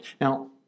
Now